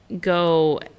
go